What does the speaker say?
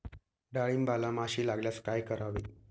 डाळींबाला माशी लागल्यास काय करावे?